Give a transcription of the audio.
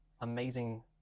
amazing